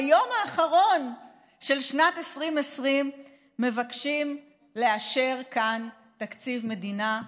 ביום האחרון של שנת 2020 מבקשים לאשר כאן תקציב מדינה.